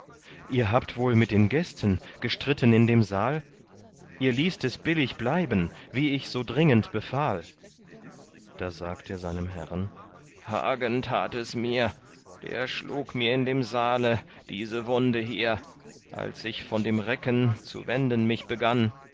ihr habt wohl mit den gästen gestritten in dem saal ihr ließt es billig bleiben wie ich so dringend befahl da sagt er seinem herren hagen tat es mir der schlug mir in dem saale diese wunde hier als ich von dem recken zu wenden mich begann